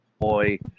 boy